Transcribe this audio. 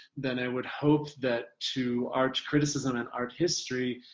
then i would hope that to arch criticism at art history,